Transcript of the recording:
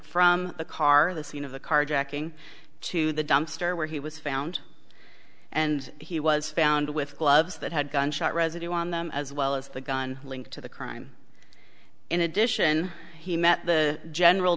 from the car the scene of the carjacking to the dumpster where he was found and he was found with gloves that had gunshot residue on them as well as the gun linked to the crime in addition he met the general